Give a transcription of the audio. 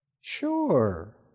Sure